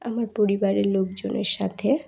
আমার পরিবারের লোকজনের সাথে